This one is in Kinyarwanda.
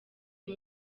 uyu